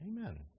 amen